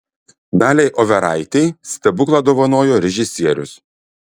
daliai overaitei stebuklą dovanojo režisierius